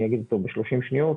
אני אגיד אותו ב-30 שניות.